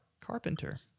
Carpenter